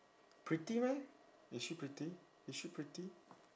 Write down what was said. pretty meh is she pretty is she pretty